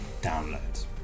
downloads